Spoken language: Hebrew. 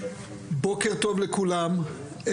בוקר טוב לכולם.